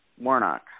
Warnock